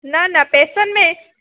न न पैसनि में